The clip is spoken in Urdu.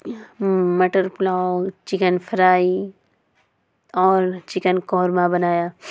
مٹر پلاؤ چکن فرائی اور چکن قورمہ بنایا